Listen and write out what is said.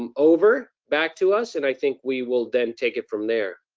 um over, back to us, and i think we will then take it from there.